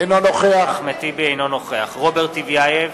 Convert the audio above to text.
אינו נוכח רוברט טיבייב,